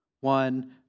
One